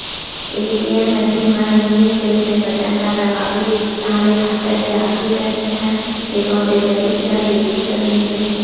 ATM machine म mini statement button ल दबाबे ताहाँले खाता के आखरी दस ठन लेवइ देवइ ल देखे बर मिल जाथे